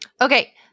Okay